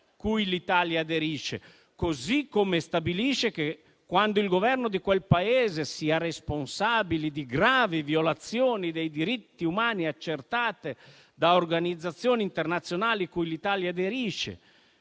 cui l'Italia aderisce. Parimenti, stabilisce che, quando il Governo di un Paese sia responsabile di gravi violazioni dei diritti umani accertate da organizzazioni internazionali cui l'Italia aderisce